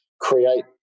create